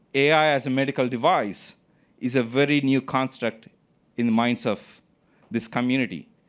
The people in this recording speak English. ai as a medical device is a very new construct in the minds of this community,